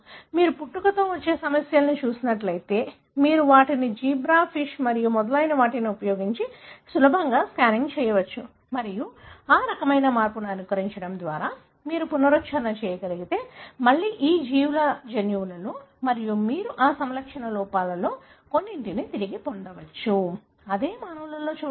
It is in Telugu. మీరు పుట్టుకతో వచ్చే సమస్యలను చూస్తున్నట్లయితే మీరు వాటిని జీబ్రా ఫిష్ మరియు మొదలైన వాటిని ఉపయోగించి సులభంగా స్క్రీనింగ్ చేయవచ్చు మరియు ఆ రకమైన మార్పును అనుకరించడం ద్వారా మీరు పునశ్చరణ చేయగలిగితే మళ్లీ ఈ జీవుల జన్యువులో మరియు మీరు ఆ సమలక్షణ లోపాలలో కొన్నింటిని తిరిగి పొందవచ్చు అదే మానవులలో చూడండి